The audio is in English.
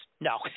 No